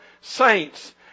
saints